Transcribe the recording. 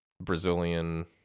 Brazilian